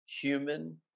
human